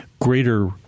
greater